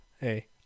Hey